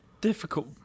difficult